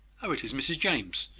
oh, it is mrs james!